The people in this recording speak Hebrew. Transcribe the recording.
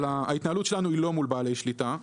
בשוטף, ההתנהלות שלנו היא לא מול בעלי שליטה.